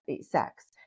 sex